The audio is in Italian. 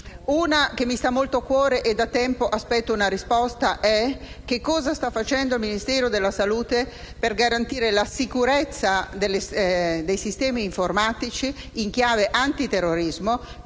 cuore e rispetto alla quale da tempo aspetto una risposta è cosa sta facendo il Ministero della salute per garantire la sicurezza dei sistemi informatici in chiave antiterrorismo